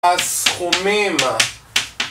הסכומים: